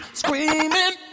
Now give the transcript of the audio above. screaming